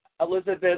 Elizabeth